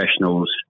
professionals